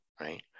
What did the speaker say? right